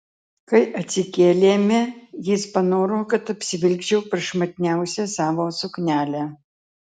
kai atsikėlėme jis panoro kad apsivilkčiau prašmatniausią savo suknelę